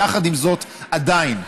ויחד עם זאת, עדיין,